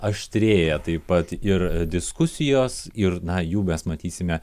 aštrėja taip pat ir diskusijos ir na jų mes matysime